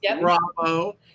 Bravo